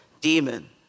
demon